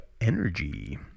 Energy